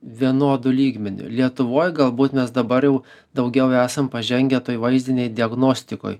vienodu lygmeniu lietuvoj galbūt mes dabar jau daugiau esam pažengę toj vaizdinėj diagnostikoj